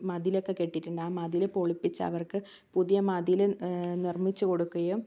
മതിലൊക്കെ കെട്ടിയിട്ടുണ്ട് ആ മതില് പൊളിപ്പിച്ച് അവർക്ക് പുതിയ മതില് നിർമിച്ച് കൊടുക്കുകയും